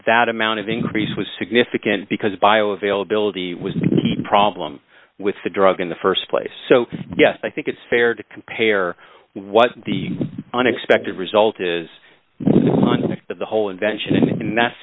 that amount of increase was significant because bioavailability was the problem with the drug in the st place so yes i think it's fair to compare what the unexpected result is that the whole invention